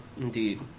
indeed